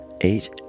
eight